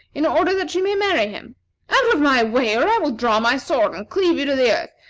in order that she may marry him. out of my way, or i will draw my sword and cleave you to the earth,